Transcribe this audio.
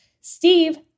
Steve